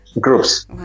groups